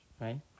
right